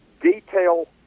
detail